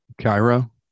Cairo